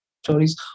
stories